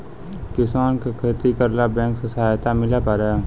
किसान का खेती करेला बैंक से सहायता मिला पारा?